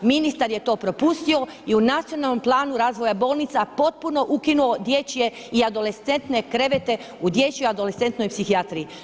Ministar je to propustio i u nacionalnom planu razvoja bolnica potpuno ukinuo dječje i adolescentne krevete u dječjoj i adolescentnoj psihijatriji.